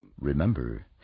remember